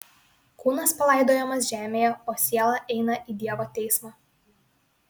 kūnas palaidojamas žemėje o siela eina į dievo teismą